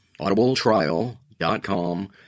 audibletrial.com